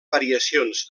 variacions